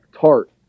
Tart